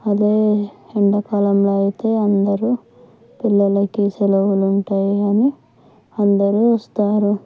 అదే ఎండాకాలంలో అయితే అందరూ పిల్లలకి సెలవులు ఉంటాయి అని అందరూ వస్తారు